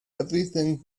everything